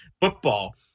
football